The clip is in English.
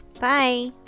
Bye